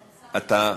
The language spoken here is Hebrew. אתה?